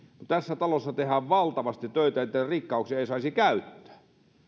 tässä talossa tehdään valtavasti töitä että rikkauksia ei saisi käyttää